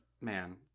man